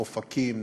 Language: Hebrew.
אופקים,